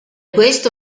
questo